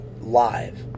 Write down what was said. live